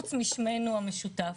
חוץ משם משותף.